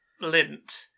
lint